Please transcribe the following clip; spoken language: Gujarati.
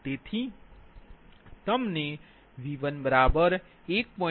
તેથી તમને V11